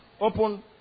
open